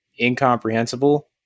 incomprehensible